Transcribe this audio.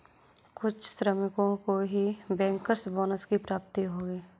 कुछ श्रमिकों को ही बैंकर्स बोनस की प्राप्ति होगी